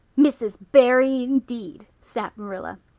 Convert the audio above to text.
mrs. barry indeed! snapped marilla.